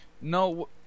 No